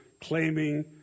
claiming